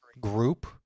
group